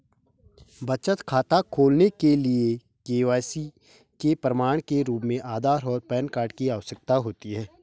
बचत खाता खोलने के लिए के.वाई.सी के प्रमाण के रूप में आधार और पैन कार्ड की आवश्यकता होती है